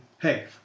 hey